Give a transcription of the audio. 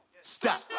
Stop